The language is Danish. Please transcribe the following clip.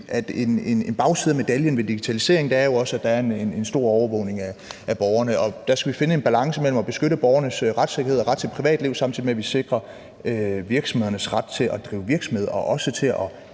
at bagsiden af medaljen ved digitalisering jo også er, at der er en stor overvågning af borgerne. Og der skal vi finde en balance mellem at beskytte borgernes retssikkerhed og ret til privatliv, samtidig med at vi sikrer virksomhedernes ret til at drive virksomhed og også til at